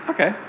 Okay